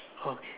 okay